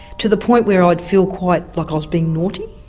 to the point where i'd feel quite like i was being naughty